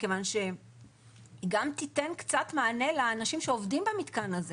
מכיוון שהיא תיתן קצת מענה לאנשים שעובדים במתקן הזה